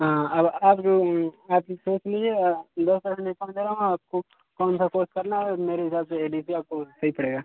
अब आप जो आप सोच लीजिए दस परसेंट डिस्काउंट दे रहा हूँ आपको कौन सा कोर्स करना है मेरे हिसाब से ए डी सी ए आपको सही पड़ेगा